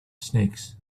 snakes